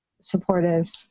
supportive